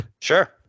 Sure